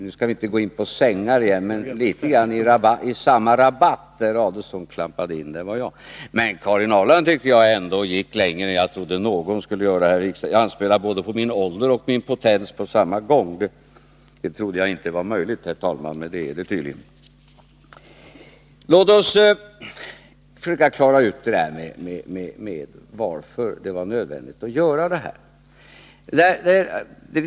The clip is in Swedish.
Vi skall inte gå in på det här med sängar igen, men Ulf Adelsohn klampar så att säga i samma rabatt. Karin Ahrland tyckte jag ändå gick längre än jag trodde någon skulle göra här i riksdagen — hon anspelar på både min ålder och min potens på samma gång. Det trodde jag inte var möjligt, herr talman, men det är det tydligen. Låt oss försöka klara ut varför det var nödvändigt att genomföra förslaget.